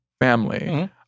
family